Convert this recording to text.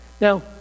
Now